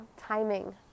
Timing